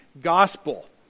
gospel